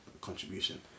contribution